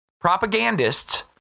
propagandists